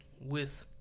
with-